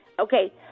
okay